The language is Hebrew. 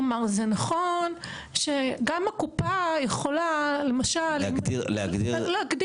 כלומר, זה נכון שגם הקופה יכולה למשל להגדיר.